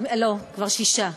לא, כבר שישה.